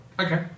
Okay